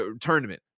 tournament